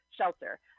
shelter